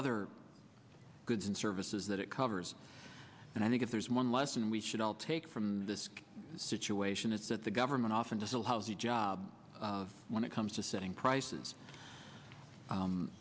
other goods and services that it covers and i think if there's one lesson we should all take from this situation is that the government often does a lousy job when it comes to setting prices